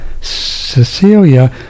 Cecilia